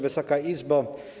Wysoka Izbo!